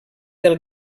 del